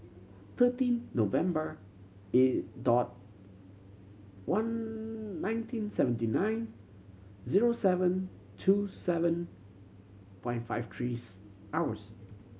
thirteen November one nineteen seventy nine zero seven two seven five five threes hours